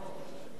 אדוני היושב-ראש,